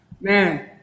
Man